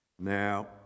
Now